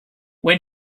when